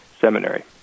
seminary